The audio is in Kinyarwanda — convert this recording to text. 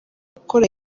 gukora